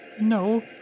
No